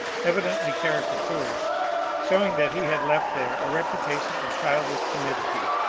evidently caricatures, showing that he had left there a reputation of childish timidity.